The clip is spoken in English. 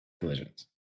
collisions